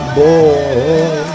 boy